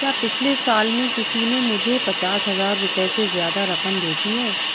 کیا پچھلے سال میں کسی نے مجھے پچاس ہزار روپئے سے زیادہ رقم بھیجی ہے